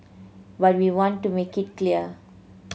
but we want to make it clear